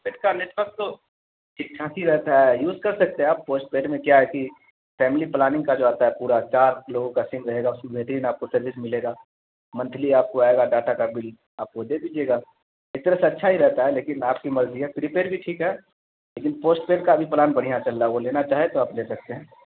اس کا نیٹورک تو ٹھیک ٹھاک ہی رہتا ہے یوز کر سکتے ہیں آپ پوسٹ پیڈ میں کیا ہے کہ فیملی پلاننگ کا جو آتا ہے پورا چار لوگوں کا سیم رہے گا اس میں بہترین آپ کو سروس ملے گا منتھلی آپ کو آئے گا ڈاٹا کا بل آپ وہ دے دیجیے گا ایک طرح سے اچھا ہی رہتا ہے لیکن آپ کی مرضی ہے پری پیڈ بھی ٹھیک ہے لیکن پوسٹ پیڈ کا بھی پلان بڑھیا چل رہا ہے وہ لینا چاہیں تو آپ لے سکتے ہیں